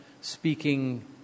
speaking